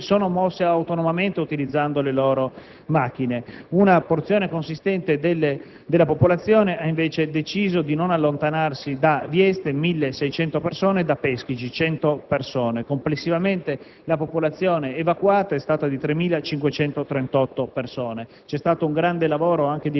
che si sono mosse autonomamente utilizzando le loro autovetture. Una porzione consistente della popolazione ha invece deciso di non allontanarsi da Vieste (1.600 persone) e da Peschici (100 persone). Complessivamente, la popolazione evacuata è stata di 3.538 persone. C'è stato un grande lavoro